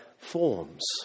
forms